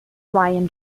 ryan